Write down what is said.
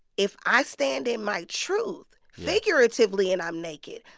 if i stand in my truth. figuratively, and i'm naked,